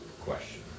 question